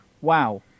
wow